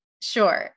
Sure